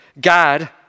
God